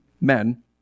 men